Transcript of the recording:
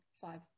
five